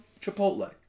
Chipotle